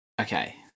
Okay